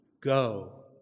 go